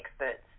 experts